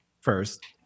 first